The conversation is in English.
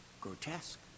grotesque